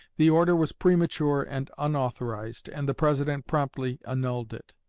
the order was premature and unauthorized, and the president promptly annulled it.